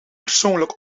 persoonlijk